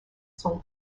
son